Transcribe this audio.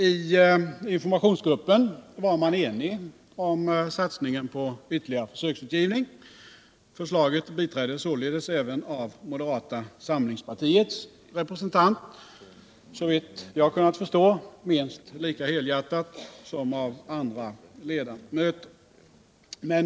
I informationsgruppen var man enig om satsningen på ytterligare försöksutgivning. Förslaget biträddes således även av moderata samlingspartiets representant — såvitt jag har kunnat förstå minst lika helhjärtat som av andra ledamöter.